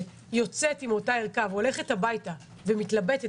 והיא יוצאת עם אותה ערכה והולכת הביתה ומתלבטת,